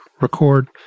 record